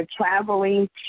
traveling